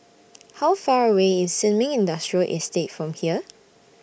How Far away IS Sin Ming Industrial Estate from here